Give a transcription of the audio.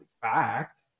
fact